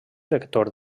vector